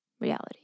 reality